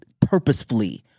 purposefully